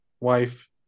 wife